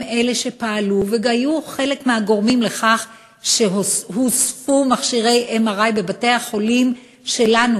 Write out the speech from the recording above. הם שפעלו והיו מהגורמים לכך שהוספו מכשירי MRI בבתי-החולים שלנו,